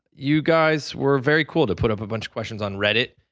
you, guys, were very cool to put up a bunch of questions on reddit.